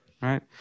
right